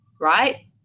right